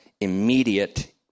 immediate